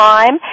Time